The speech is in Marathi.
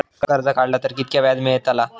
कर्ज काडला तर कीतक्या व्याज मेळतला?